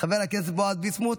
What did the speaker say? חבר הכנסת בועז ביסמוט,